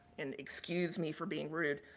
and, excuse me for being rude,